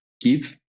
give